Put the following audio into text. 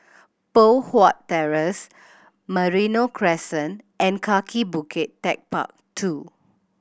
Poh Huat Terrace Merino Crescent and Kaki Bukit Techpark Two